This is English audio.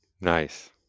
Nice